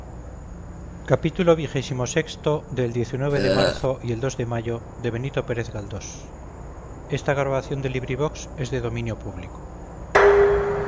xxvi xxvii xxviii del de marzo y el de mayo de